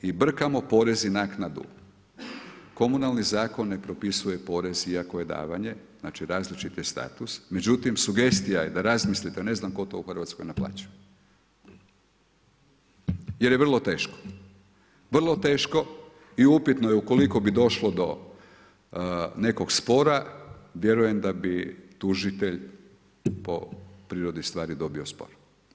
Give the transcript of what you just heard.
I brkamo porez i naknadu, komunalni zakon ne propisuje porez iako je davanje, znači različiti status, međutim sugestija je da razmislite, ne znam tko to u Hrvatskoj naplaćuje jer je vrlo teško, vrlo teško i upitno je ukoliko bi došlo do nekog spora, vjerujem da bi tužitelj po prirodi stvari dobio spor.